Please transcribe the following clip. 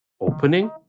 opening